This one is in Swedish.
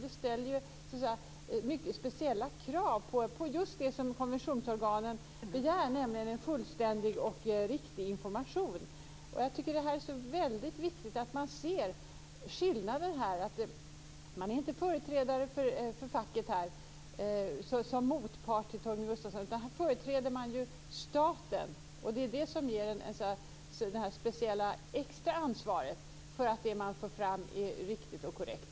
Det ställer mycket speciella krav på just det som konventionsorganen begär, nämligen en fullständig och riktig information. Jag tycker att det är väldigt viktigt att man ser denna skillnad. Man är inte företrädare för facket som motpart till Torgny Gustafsson, utan här företräder man staten. Det är det som ger en detta speciella extra ansvar för att det man för fram är riktigt och korrekt.